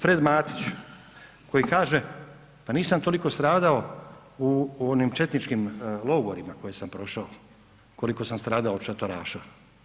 Fred Matić koji kaže, pa nisam toliko stradao u onim četničkim logorima koje sam prošao koliko sam stradao od šatoraša.